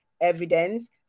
evidence